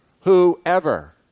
Whoever